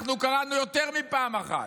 אנחנו קראנו יותר מפעם אחת.